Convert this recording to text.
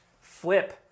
flip